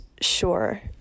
Sure